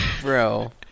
bro